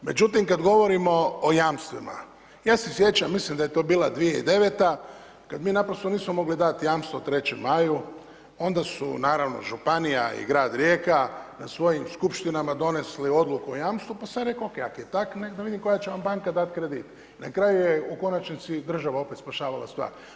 Međutim, kad govorimo o jamstvima ja se sjećam mislim da je to bila 2009. kad mi naprosto nismo mogli dati jamstvo 3. maju onda su naravno županija i grad Rijeka na svojim skupštinama donesli odluku o jamstvu pa sam reko OK, ak je tak da vidim koja će vam banka dat kredit, na kraju je u konačnici država opet spašavala stvar.